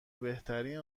بهترین